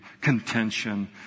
contention